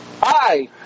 Hi